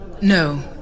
No